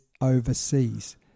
overseas